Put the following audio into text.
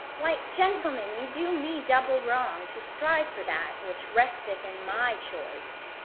why, gentlemen, you do me double wrong, to strive for that which resteth in my choice.